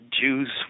Jews